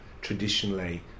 traditionally